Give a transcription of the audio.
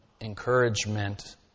encouragement